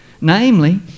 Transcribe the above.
Namely